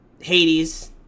Hades